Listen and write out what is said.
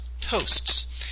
toasts